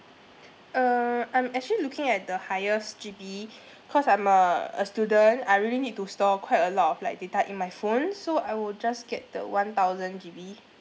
err I'm actually looking at the highest G_B cause I'm a a student I really need to store quite a lot of like data in my phone so I will just get the one thousand G_B